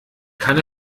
kann